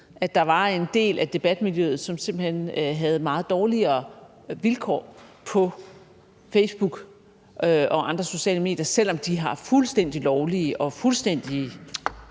at der var en del af debatmiljøet, som simpelt hen havde meget dårligere vilkår på Facebook og andre sociale medier, selv om de har fuldstændig lovlige og fuldstændig